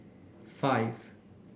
five